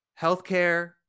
healthcare